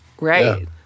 Right